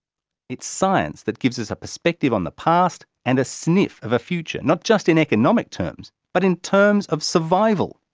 it's science that gives us a perspective on the past and a sniff of a future, not just in economic terms but in terms of survival.